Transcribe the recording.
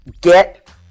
get